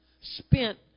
spent